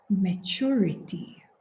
maturity